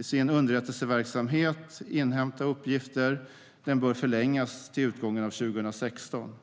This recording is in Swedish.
sin underrättelseverksamhet inhämta uppgifter bör förlängas till utgången av 2016.